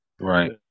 Right